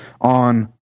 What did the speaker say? on